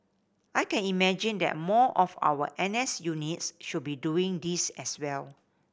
I can imagine that more of our N S units should be doing this as well